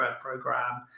program